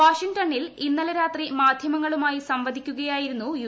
വാഷിങ്ങ്ടണിൽ ഇന്നലെ രാത്രി മാധ്യമങ്ങളുമായി ഈ ശ്രംവദിക്കുകയായിരുന്നു യു